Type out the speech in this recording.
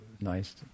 nice